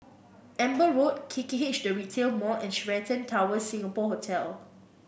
Amber Road K K H The Retail Mall and Sheraton Towers Singapore Hotel